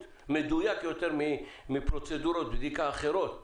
מדויק יותר מפרוצדורות בדיקה אחרות,